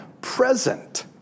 present